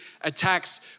attacks